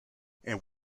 and